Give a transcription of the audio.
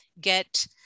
get